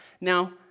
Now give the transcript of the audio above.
now